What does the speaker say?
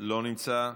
לא נמצא,